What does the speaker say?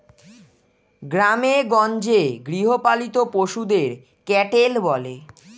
গ্রামেগঞ্জে গৃহপালিত পশুদের ক্যাটেল বলে